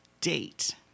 date